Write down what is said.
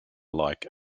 like